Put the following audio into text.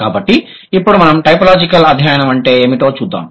కాబట్టి ఇప్పుడు మనం టైపోలాజికల్ అధ్యయనం అంటే ఏమిటో చూద్దాం